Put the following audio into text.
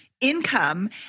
income